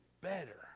better